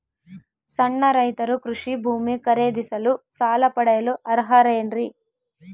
ಸಣ್ಣ ರೈತರು ಕೃಷಿ ಭೂಮಿ ಖರೇದಿಸಲು ಸಾಲ ಪಡೆಯಲು ಅರ್ಹರೇನ್ರಿ?